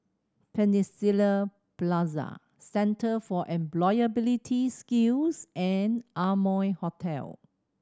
Peninsula Plaza Centre for Employability Skills and Amoy Hotel